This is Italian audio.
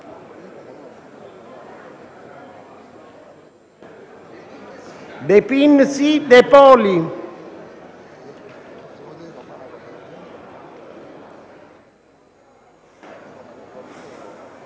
De Pin, De Poli,